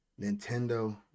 Nintendo